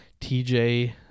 TJ